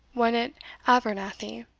one at abernethy.